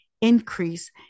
increase